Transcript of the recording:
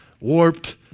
warped